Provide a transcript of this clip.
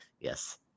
Yes